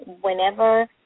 Whenever